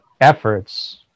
efforts